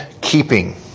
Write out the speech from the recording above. keeping